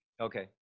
Okay